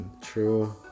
True